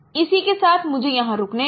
इसी के साथ मुझे यहाँ रुकने दो